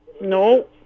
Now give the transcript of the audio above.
No